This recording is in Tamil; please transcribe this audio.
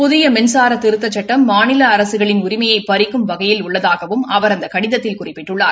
புதிய மின்சார திருத்தச் சட்டம் மாநில அரசுகளின் உரிமையை பறிக்கும் வகையில் உள்ளதாகவும் அவர் அந்த கடிதத்தில் குறிப்பிட்டுள்ளார்